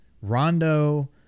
Rondo